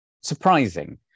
surprising